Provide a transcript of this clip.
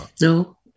No